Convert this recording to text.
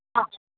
okay